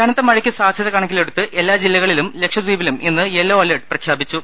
കനത്ത മഴയ്ക്ക് സാധൃത കണക്കിലെടുത്ത് എല്ലാ ജില്ലകളിലും ലക്ഷ ദ്ധീപിലും ഇന്ന് യെലോ അലർട്ട് പ്രഖ്യാപിച്ചു